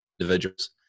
individuals